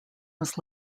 was